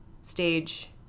stage